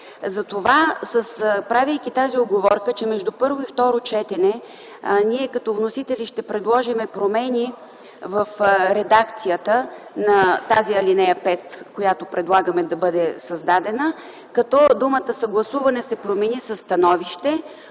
указания. Правейки уговорка, че между първо и второ четене ние, като вносители, ще предложим промени в редакцията на тази ал. 5, която предлагаме да бъде създадена, като думата „съгласуване” се промени със „становище”